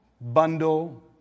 bundle